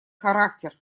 характер